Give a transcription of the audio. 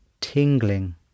tingling